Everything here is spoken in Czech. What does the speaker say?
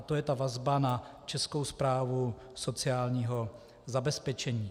To je ta vazba na Českou správu sociálního zabezpečení.